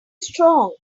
strong